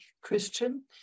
Christian